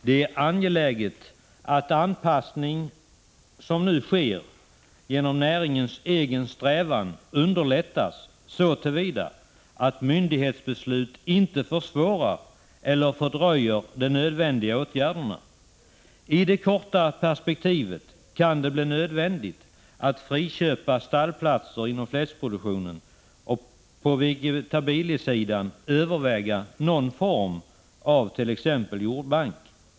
Det är angeläget att den anpassning som nu sker genom näringens egen strävan underlättas så till vida att myndighetsbeslut inte försvårar eller fördröjer de nödvändiga åtgärderna. I det korta perspektivet kan det bli nödvändigt att friköpa stallplatser inom fläskproduktionen och på vegetabiliesidan överväga någon form av t.ex. jordbank.